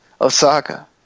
Osaka